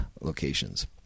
Locations